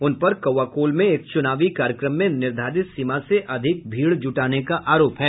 उन पर कौआकोल में एक चुनावी कार्यक्रम में निर्धारित सीमा से अधिक भीड़ जुटाने का आरोप है